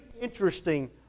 interesting